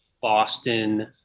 Boston